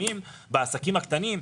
תשלומים בעסקים הקטנים,